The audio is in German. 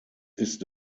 ist